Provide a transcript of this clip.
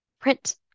print